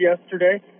yesterday